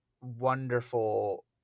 wonderful